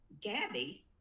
Gabby